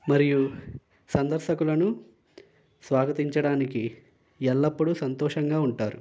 మరియు సందర్శకులను స్వాగతించడానికి ఎల్లప్పుడూ సంతోషంగా ఉంటారు